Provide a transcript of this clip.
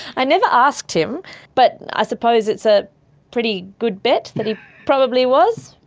i never asked him but i suppose it's a pretty good bet that he probably was.